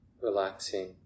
relaxing